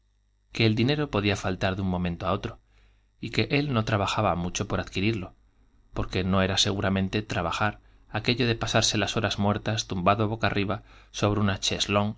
que el dinero podía faltar de un momento á otro y que él no trabajaba mucho por adquirirlo porque no era seguramente trabajar aquello de pasarse las horas muertas tumbado boca arriba sobre una